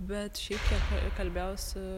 bet šiaip kiek k kalbėjau su